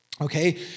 Okay